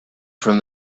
from